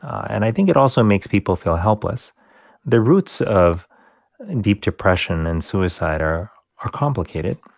and i think it also makes people feel helpless the roots of and deep depression and suicide are are complicated,